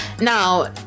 Now